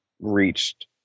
reached